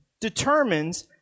determines